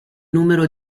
numero